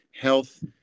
health